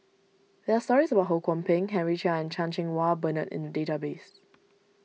there are stories about Ho Kwon Ping Henry Chia and Chan Cheng Wah Bernard in the database